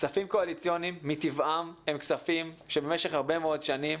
כספים קואליציוניים מטבעם הם כספים שבמשך הרבה מאוד שנים